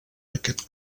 aquest